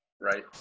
Right